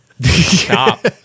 stop